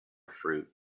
fruit